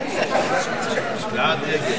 ההצעה להעביר את הנושא לוועדת הכלכלה נתקבלה.